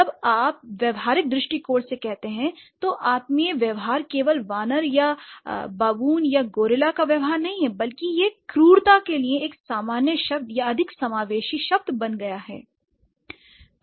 जब आप व्यावहारिक दृष्टिकोण से कहते हैं तो आत्मीय व्यवहार केवल वानर या बाबून या गोरिल्ला का व्यवहार नहीं है बल्कि यह क्रूरता के लिए एक सामान्य शब्द या अधिक समावेशी शब्द बन गया है